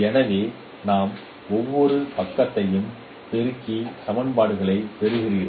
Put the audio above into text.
எனவே நாம் ஒவ்வொரு பக்கத்தையும் பெருக்கி சமன்பாடுகளை பெறுவீர்கள்